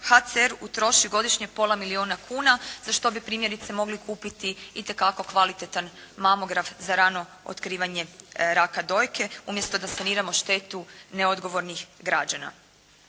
HCR utroši godišnje pola milijuna kuna za što bi primjerice mogli kupiti itekako kvalitetan mamograf za rano otkrivanje raka dojke umjesto da saniramo štetu neodgovornih građana.